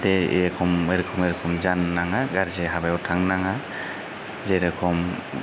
जे एरखम एरखम जानो नाङा गाज्रि हाबायाव थांनो नाङा जेरेखम